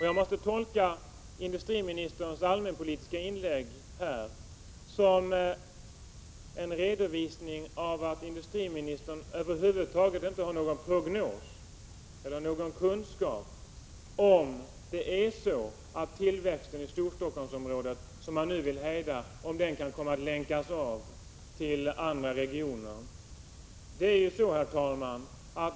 Jag måste tolka industriministerns allmänpolitiska inlägg som en redovisning av att industriministern över huvud taget inte har någon prognos för eller någon kunskap om huruvida tillväxten i Storstockholmsområdet kan komma att länkas av till andra regioner. Herr talman!